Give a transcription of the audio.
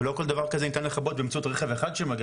ולא תמיד ניתן לכיבוי באמצעות רכב אחד שמגיע,